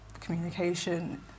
communication